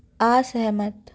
असहमत